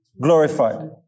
glorified